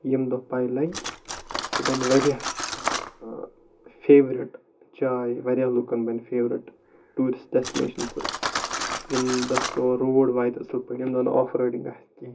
ییٚمہِ دۄہ پاے لگہِ سُہ بَنہِ واریاہ اکھ فیورِٹ جاے واریاہ لوٗکن بَنہِ فیورِٹ ٹیٚوٗرِسٹ ڈیسٹِنیشن سُہ ییٚمہِ دۄہ تور روڈ واتہِ اَصٕل پٲٹھۍ یمہِ دۄہ نہٕ آف روڈِنگ آسہِ کیٚنٛہہ